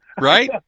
Right